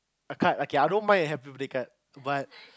a card okay I don't mind a happy birthday card but